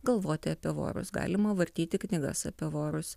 galvoti apie vorus galima vartyti knygas apie vorus